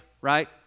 right